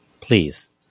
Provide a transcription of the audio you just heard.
Please